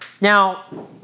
Now